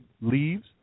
leaves